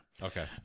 Okay